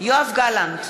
יואב גלנט,